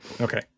Okay